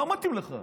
לא מתאים לך.